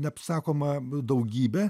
neapsakoma daugybė